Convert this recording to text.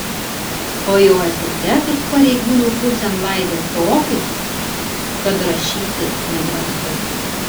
o jau epitetus pareigūnų pusėn laidė tokius kad rašyti nedrąsu